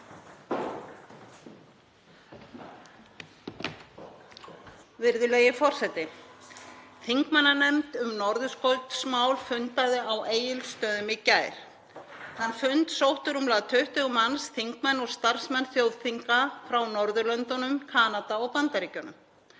Virðulegi forseti. Þingmannanefnd um norðurskautsmál fundaði á Egilsstöðum í gær. Þann fund sóttu rúmlega 20 manns, þingmenn og starfsmenn þjóðþinga frá Norðurlöndunum, Kanada og Bandaríkjunum.